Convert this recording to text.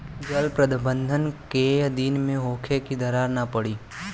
जल प्रबंधन केय दिन में होखे कि दरार न पड़ी?